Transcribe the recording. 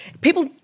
people